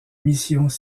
missions